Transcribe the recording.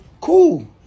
Cool